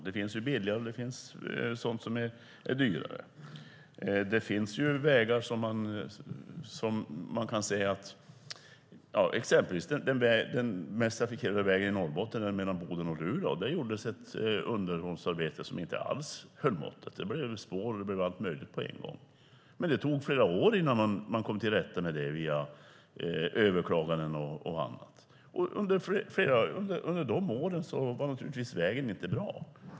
Det finns billiga varianter, och det finns sådana som är dyrare. Den mest trafikerade vägen i Norrbotten är den mellan Boden och Luleå, och där gjordes ett underhållsarbete som inte alls höll måttet. Det blev spår och allt möjligt på en gång, men det tog flera år innan man kom till rätta med det via överklaganden och annat. Under de åren var vägen naturligtvis inte bra.